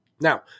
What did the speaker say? Now